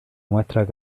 muestras